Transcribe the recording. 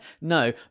No